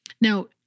Now